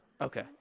okay